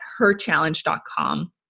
herchallenge.com